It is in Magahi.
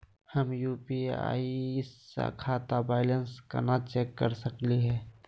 हम यू.पी.आई स खाता बैलेंस कना चेक कर सकनी हे?